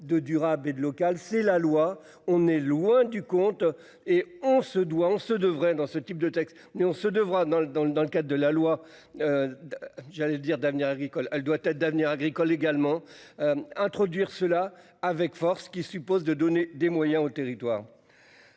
de durable et de local, c'est la loi. On est loin du compte et on se doit en se devrait dans ce type de texte mais on se devra dans le dans le dans le cadre de la loi. J'allais dire d'avenir agricole, elle doit être d'avenir agricole également. Introduire cela avec force ce qui suppose de donner des moyens aux territoires.